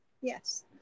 Yes